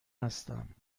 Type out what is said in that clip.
هستم